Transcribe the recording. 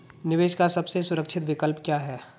निवेश का सबसे सुरक्षित विकल्प क्या है?